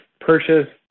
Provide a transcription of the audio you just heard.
purchase